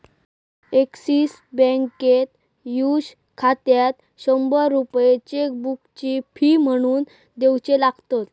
axis बँकेत youth खात्यात शंभर रुपये चेकबुकची फी म्हणान दिवचे लागतत